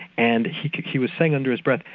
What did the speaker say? and he he was saying under his breath,